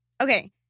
okay